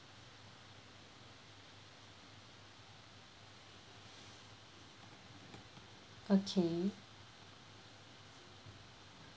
okay